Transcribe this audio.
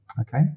okay